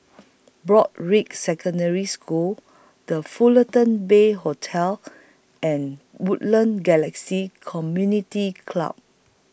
Broadrick Secondary School The Fullerton Bay Hotel and Woodlands Galaxy Community Club